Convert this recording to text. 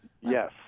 Yes